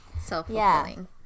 self-fulfilling